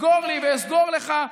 סגור לי ואסגור לך,